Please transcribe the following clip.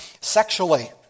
sexually